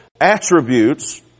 attributes